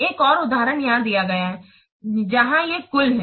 एक और उदाहरण यहां दिया गया है जहां ये कुल हैं